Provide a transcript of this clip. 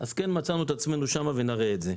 אז כן מצאנו את עצמנו שם ונראה את זה.